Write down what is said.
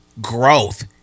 growth